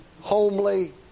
homely